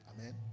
Amen